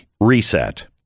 reset